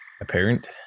Apparent